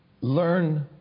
Learn